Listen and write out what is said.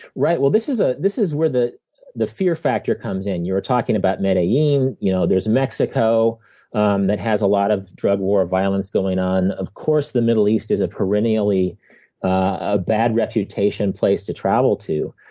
right. well, this is ah this is where the the fear factor comes in. you were talking about medellin, you you know, there's mexico and that has a lot of drug war violence going on. of course the middle east is a perennially a bad reputation place to travel to.